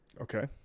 Okay